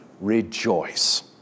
rejoice